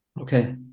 Okay